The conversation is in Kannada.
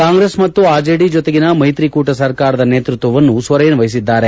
ಕಾಂಗ್ರೆಸ್ ಮತ್ತು ಅರ್ಜೆಡಿ ಜೊತೆಗಿನ ಮೈತ್ರಿ ಕೂಟ ಸರ್ಕಾರದ ನೇತೃತ್ವವನ್ನು ಸೊರೇನ್ ವಹಿಸಿದ್ದಾರೆ